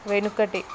వెనకటి